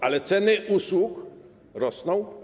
A ceny usług rosną?